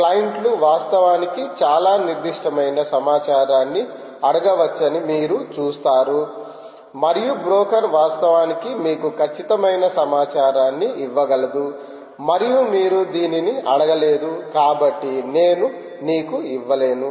క్లయింట్లు వాస్తవానికి చాలా నిర్దిష్టమైన సమాచారాన్ని అడగవచ్చని మీరు చూస్తారు మరియు బ్రోకర్ వాస్తవానికి మీకు ఖచ్చితమైన సమాచారాన్ని ఇవ్వగలదు మరియు మీరు దీనిని అడగలేదు కాబట్టి నేను నీకు ఇవ్వలేను